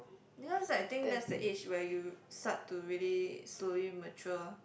you know that's think that's the age where you start to really slowly mature